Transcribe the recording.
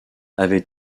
avait